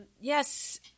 Yes